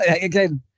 again